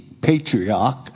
patriarch